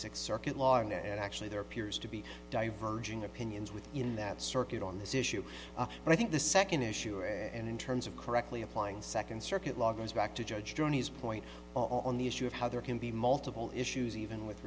six circuit law and actually there appears to be diverging opinions within that circuit on this issue and i think the second issue and in terms of correctly applying second circuit law goes back to judge journeys point on the issue of how there can be multiple issues even with